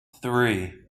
three